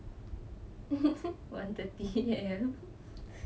one thirty A_M